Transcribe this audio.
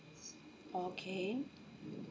okay